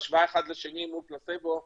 השוואה האחד לשני מול פלצבו,